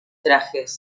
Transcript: trajes